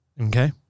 Okay